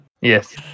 Yes